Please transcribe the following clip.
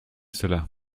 cela